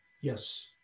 Yes